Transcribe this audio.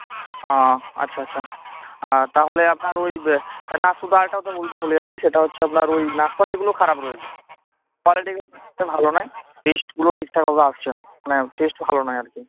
আচ্ছা আচ্ছা আর তাহলে আপনার ওই বে না শুধু আর একটা কথা বলতে ভুলে যাচ্ছি সেটা হচ্ছে আপনার ওই নাসপাতিগুলো খারাপ রয়েছে কোয়ালিটি ভালো নয় টেস্টগুলো ঠিকঠাকভাবে আসছে না মানে টেস্ট ভালো নয় আর কি